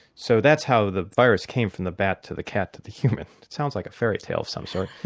so that's how the virus came from the bat to the cat to the human. it sounds like a fairytale of some sort.